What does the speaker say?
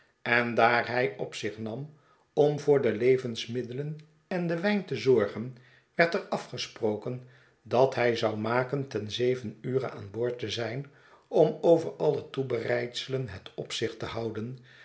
en daar hij op zich nam om voor de levensmiddelen en den wijn te zorgen werd er afgesproken dat hij zou maken ten zeven ure aan boord te zijn om over alle toebereidselen het opzicht te houden